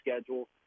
schedule